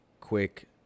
quick